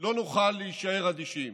לא נוכל להישאר אדישים: